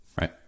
right